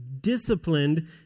disciplined